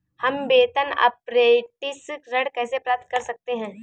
हम वेतन अपरेंटिस ऋण कैसे प्राप्त कर सकते हैं?